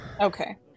Okay